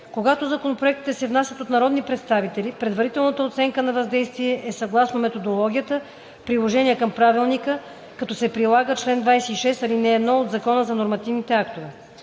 Когато законопроектите се внасят от народни представители, предварителната оценка на въздействието е съгласно методологията, приложение към правилника, като се прилага чл. 26, ал. 1 от Закона за нормативните актове.